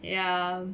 ya